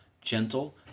gentle